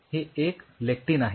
हे एक लेक्टिन आहे